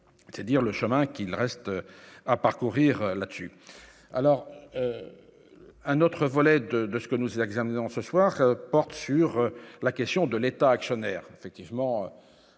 c'est dire le chemin qu'il reste à parcourir là dessus alors un autre volet de de ce que nous examinions ce soir porte sur la question de l'État actionnaire, effectivement,